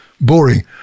boring